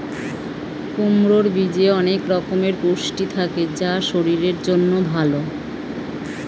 কুমড়োর বীজে অনেক রকমের পুষ্টি থাকে যা শরীরের জন্য ভালো